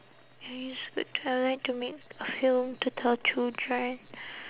it is good to children